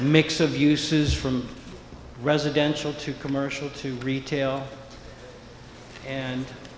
mix of uses from residential to commercial to retail